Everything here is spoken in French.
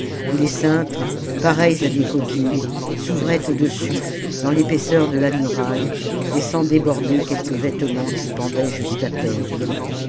et des cintres pareils à des coquilles s'ouvraient au-dessus dans l'épaisseur de la muraille laissant déborder quelque vêtement qui pendait jusqu'à terre